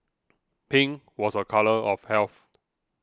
pink was a colour of health